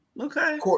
Okay